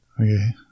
Okay